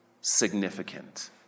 significant